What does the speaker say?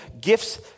gifts